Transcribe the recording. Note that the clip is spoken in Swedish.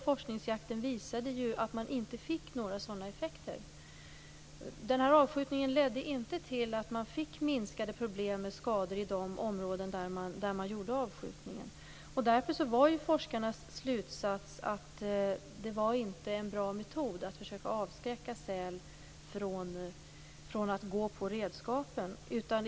Forskningsjakten visade att det inte blev några sådana effekter. Avskjutningen ledde inte till att det blev minskade problem med skador i de områden där avskjutningen gjordes. Därför var forskarnas slutsats att metoden att försöka avskräcka säl från att gå på redskapen inte var bra.